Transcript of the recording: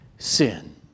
Sin